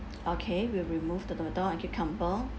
okay we'll remove the tomato and cucumber